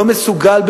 לא מסוגל,